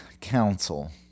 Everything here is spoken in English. Council